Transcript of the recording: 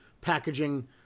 packaging